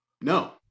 no